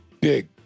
Big